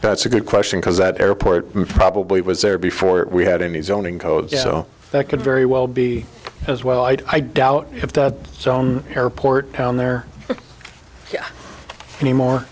that's a good question because that airport probably was there before we had any zoning codes so that could very well be as well i doubt if the zone airport down there anymore